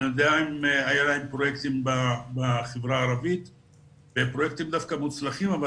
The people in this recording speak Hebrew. היו להם פרויקטים בחברה הערבית ופרויקטים דווקא מוצלחים אבל